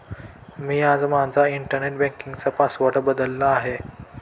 मी आज माझा internet banking password बदलला आहे